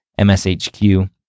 MSHQ